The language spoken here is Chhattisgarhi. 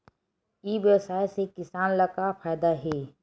ई व्यवसाय से किसान ला का फ़ायदा हे?